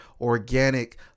organic